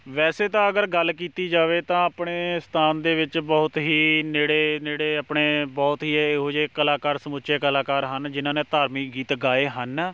ਵੈਸੇ ਤਾਂ ਅਗਰ ਗੱਲ ਕੀਤੀ ਜਾਵੇ ਤਾਂ ਆਪਣੇ ਸਥਾਨ ਦੇ ਵਿੱਚ ਬਹੁਤ ਹੀ ਨੇੜੇ ਨੇੜੇ ਆਪਣੇ ਬਹੁਤ ਹੀ ਇਹੋ ਜਿਹੇ ਕਲਾਕਾਰ ਸਮੁੱਚੇ ਕਲਾਕਾਰ ਹਨ ਜਿਨ੍ਹਾਂ ਨੇ ਧਾਰਮਿਕ ਗੀਤ ਗਾਏ ਹਨ